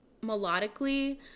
melodically